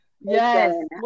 Yes